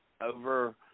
over